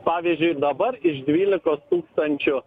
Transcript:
pavyzdžiui dabar iš dvylikos tūkstančių